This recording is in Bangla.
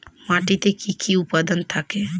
মাটিতে কি কি উপাদান থাকে?